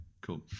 cool